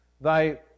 Thy